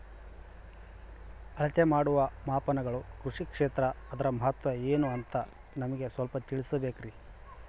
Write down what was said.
ಅಳತೆ ಮಾಡುವ ಮಾಪನಗಳು ಕೃಷಿ ಕ್ಷೇತ್ರ ಅದರ ಮಹತ್ವ ಏನು ಅಂತ ನಮಗೆ ಸ್ವಲ್ಪ ತಿಳಿಸಬೇಕ್ರಿ?